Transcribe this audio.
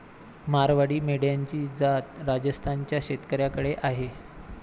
मारवाडी मेंढ्यांची जात राजस्थान च्या शेतकऱ्याकडे आहे